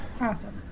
Awesome